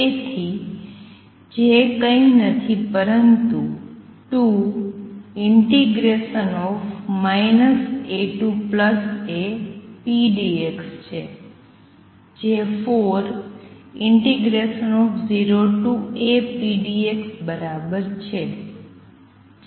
તેથી J કંઈ નથી પરંતુ 2 AApdx છે જે 40Apdx બરાબર છે